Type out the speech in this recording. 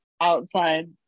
outside